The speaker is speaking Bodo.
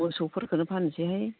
मैसौफोखोनो फानसैहाय